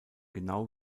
genau